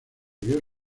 vio